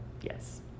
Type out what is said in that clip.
yes